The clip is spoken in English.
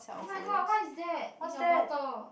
oh-my-god what is that in your bottle